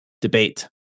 debate